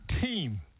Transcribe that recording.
team